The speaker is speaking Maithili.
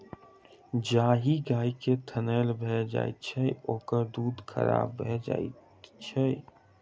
जाहि गाय के थनैल भ जाइत छै, ओकर दूध खराब भ जाइत छै